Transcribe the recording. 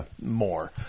more